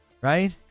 right